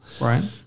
Right